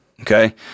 okay